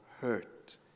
hurt